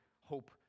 hope